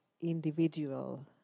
individual